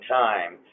time